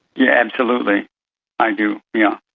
yeah absolutely i do, yeah